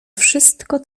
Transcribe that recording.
wszystko